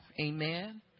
Amen